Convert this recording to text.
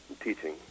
teaching